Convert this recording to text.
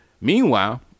Meanwhile